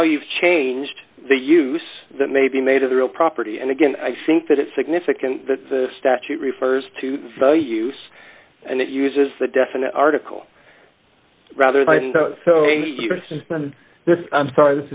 now you've changed the use that may be made of the real property and again i think that it's significant that the statute refers to the use and it uses the definite article rather than this i'm sorry